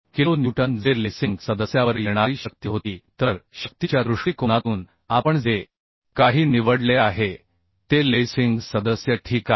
071 kilo newton जे lacing सदस्यावर येणारी शक्ती होती तर शक्तीच्या दृष्टिकोनातून आपण जे काही निवडले आहे ते लेसिंग सदस्य ठीक आहे